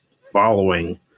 following